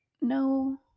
no